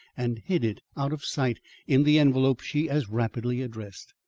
and hid it out of sight in the envelope she as rapidly addressed.